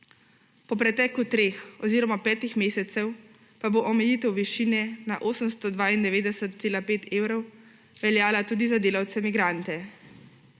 Po preteku treh oziroma petih mesecev pa bo omejitev višine na 892,5 evra veljala tudi za delavce migrante.